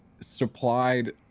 supplied